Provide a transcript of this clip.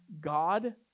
God